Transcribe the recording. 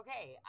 Okay